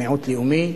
מיעוט לאומי,